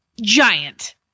giant